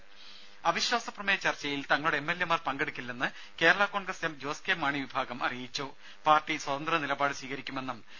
ദദ അവിശ്വാസ പ്രമേയ ചർച്ചയിൽ തങ്ങളുടെ എം എൽ എ മാർ പങ്കെടുക്കില്ലെന്ന് കേരള കോൺഗ്രസ് എം ജോസ് കെ മാണി വിഭാഗം പാർട്ടി സ്വതന്ത്ര നിലപാട് സ്വീകരിക്കുമെന്നും അറിയിച്ചു